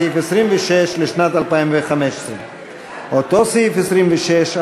סעיף 26 לשנת 2015. אותו סעיף 26,